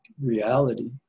reality